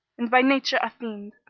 and by nature a fiend.